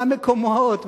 והמקומות,